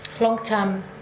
long-term